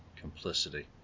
complicity